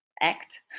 act